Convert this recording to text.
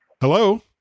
Hello